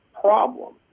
problem